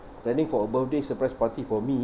planning for a birthday surprise party for me